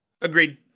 Agreed